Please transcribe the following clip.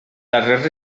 darrers